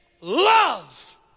love